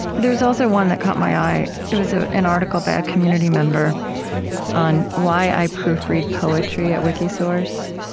there's also one that caught my eye. it was ah an article by a community member on why i proofread poetry at wikisource.